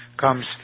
comes